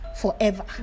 forever